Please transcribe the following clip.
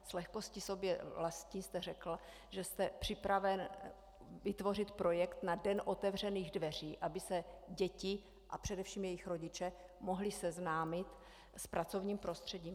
S lehkostí sobě vlastní jste řekl, že jste připraven vytvořit projekt na den otevřených dveří, aby se děti a především jejich rodiče mohli seznámit s pracovním prostředím.